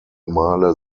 male